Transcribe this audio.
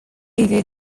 over